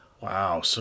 Wow